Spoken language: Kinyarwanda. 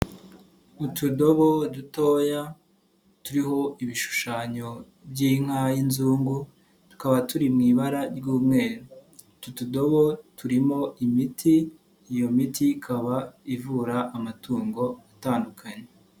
Utudobo dutoya turiho ibishushanyo by'inka y'inzungu tukaba turi mu ibara ry'umweru. Utu tudobo turimo imiti, iyo miti ikaba ivura amatungo atandukanye.